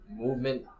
movement